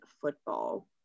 football